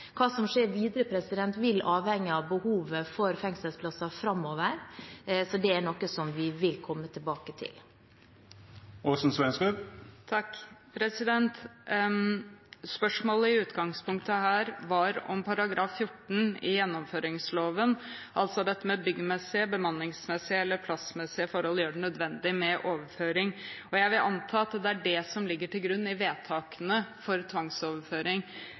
Hva som skjer videre, vil avhenge av behovet for fengselsplasser framover. Det er noe som vi vil komme tilbake til. Spørsmålet var i utgangspunktet om § 14 i straffegjennomføringsloven, altså dette med bygningsmessige, bemanningsmessige eller plassmessige forhold, gjør det nødvendig med overføring. Jeg vil anta at det er dette som ligger til grunn for vedtakene om tvangsoverføring. At statsråden ikke kan svare for hva som brukes i vedtakene, får stå for